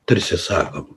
tarsi sakom